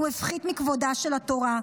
הוא הפחית מכבודה של התורה.